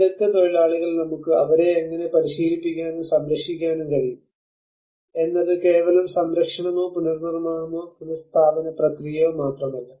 വിദഗ്ധ തൊഴിലാളികൾ നമുക്ക് അവരെ എങ്ങനെ പരിശീലിപ്പിക്കാനും സംരക്ഷിക്കാനും കഴിയും എന്നത് കേവലം സംരക്ഷണമോ പുനർനിർമ്മാണമോ പുനസ്സ്ഥാപന പ്രക്രിയയോ മാത്രമല്ല